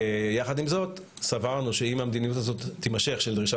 יחד עם זאת סברנו שאם המדיניות הזאת של דרישת